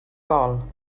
bol